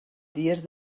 dies